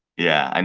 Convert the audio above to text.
yeah i and